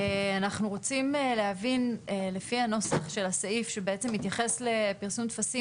אנחנו רוצים להבין לפי הנוסח של הסעיף שבעצם מתייחס לפרסום טפסים